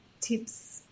tips